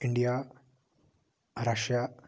India Russia